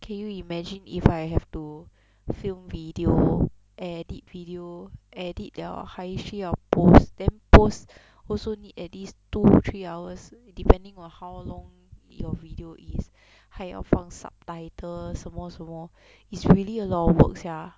can you imagine if I have to film video edit video edit liao 还需要 post then post also need at least two three hours depending on how long your video is 还要放 subtitle 什么什么 is really a lot works sia